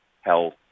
health